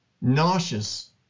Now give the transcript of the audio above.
nauseous